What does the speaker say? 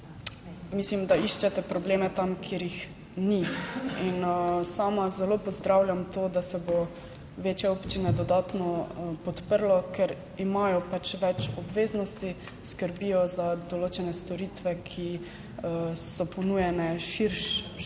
mislim, da iščete probleme tam, kjer jih ni in sama zelo pozdravljam to, da se bo večje občine dodatno podprlo, ker imajo pač več obveznosti, skrbijo za določene storitve, ki so ponujene širšemu